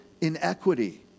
inequity